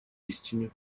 истине